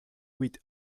with